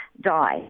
die